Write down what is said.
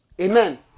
Amen